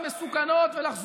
אגב,